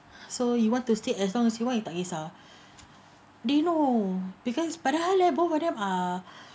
so you want to stay as long as you want tak kisah do you know padahal both of them are